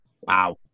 Wow